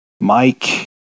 Mike